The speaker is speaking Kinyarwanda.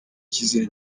ikizere